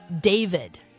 David